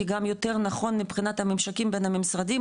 כי גם יותר נכון מבחינת הממשקים בין המשרדים,